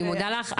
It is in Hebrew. אני מודה לך.